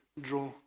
draw